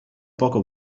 poco